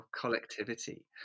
collectivity